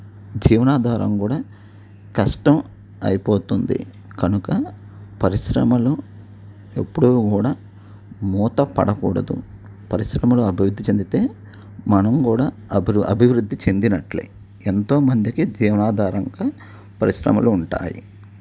జీవనాధారం కూడా కష్టం అయిపోతుంది కనుక పరిశ్రమలు ఎప్పుడూ కూడా మూత పడకూడదు పరిశ్రమలు అభివృద్ధి చెందితే మనం కూడా అభివృద్ధి చెందినట్లే ఎంతోమందికి జీవనాధారంగా పరిశ్రమలు ఉంటాయి